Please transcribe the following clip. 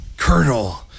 Colonel